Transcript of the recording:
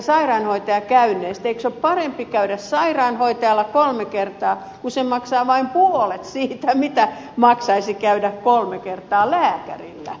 eikö ole parempi käydä sairaanhoitajalla kolme kertaa kun se maksaa vain puolet siitä mitä maksaisi käydä kolme kertaa lääkärillä